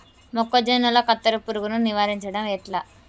మొక్కజొన్నల కత్తెర పురుగుని నివారించడం ఎట్లా?